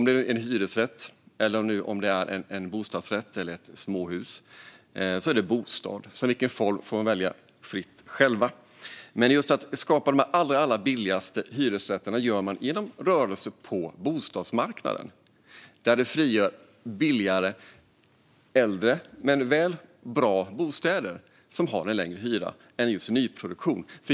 Det kan vara en hyresrätt, en bostadsrätt eller ett småhus. Det är en bostad. I vilken form den ska vara får man välja fritt själv. Men att skapa de allra billigaste hyresrätterna gör man genom rörelse på bostadsmarknaden. Det frigör billigare och äldre men bra bostäder. De har en lägre hyra än just nyproduktionen.